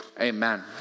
Amen